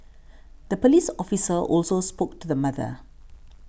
the police officer also spoke to the mother